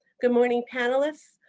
good morning panelists.